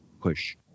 push